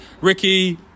ricky